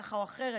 ככה או אחרת,